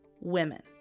women